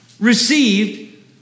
received